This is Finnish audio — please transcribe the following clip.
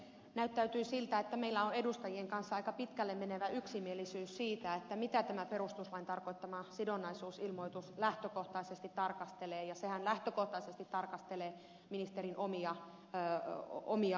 näyttää siltä että meillä on edustajien kanssa aika pitkälle menevä yksimielisyys siitä mitä tämä perustuslain tarkoittama sidonnaisuusilmoitus lähtökohtaisesti tarkastelee ja sehän lähtökohtaisesti tarkastelee ministerin omia omistuksia